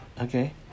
Okay